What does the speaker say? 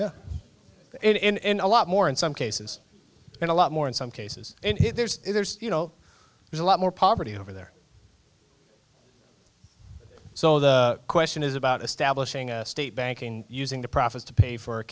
h in a lot more in some cases in a lot more in some cases there's there's you know there's a lot more poverty over there so the question is about establishing a state banking using the profits to pay for